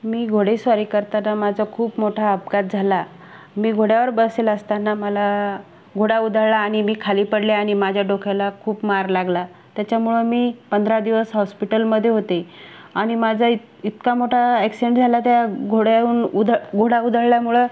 मी घोडेस्वारी करताना माझा खूप मोठा अपघात झाला मी घोड्यावर बसले असताना मला घोडा उधळला आणि मी खाली पडले आणि माझ्या डोक्याला खूप मार लागला त्याच्यामुळं मी पंधरा दिवस हॉस्पिटलमध्ये होते आणि माझा इत इतका मोठा ॲक्सिडेंट झाला त्या घोड्याहून उधळ घोडा उधळल्यामुळं